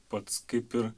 pats kaip ir